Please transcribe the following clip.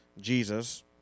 Jesus